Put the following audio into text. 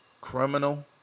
Criminal